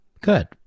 Good